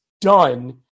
done